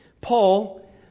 Paul